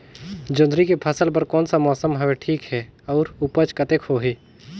जोंदरी के फसल बर कोन सा मौसम हवे ठीक हे अउर ऊपज कतेक होही?